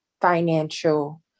financial